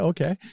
Okay